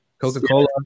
Coca-Cola